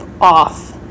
off